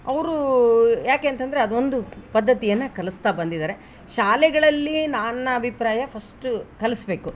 ಅವರೂ ಯಾಕೆ ಅಂತಂದರೆ ಅದು ಒಂದು ಪದ್ದತಿಯನ್ನು ಕಲಿಸ್ತಾ ಬಂದಿದಾರೆ ಶಾಲೆಗಳಲ್ಲಿ ನನ್ನ ಅಭಿಪ್ರಾಯ ಫಸ್ಟು ಕಲಿಸ್ಬೇಕು